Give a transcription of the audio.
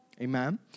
Amen